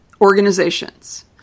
organizations